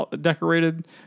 decorated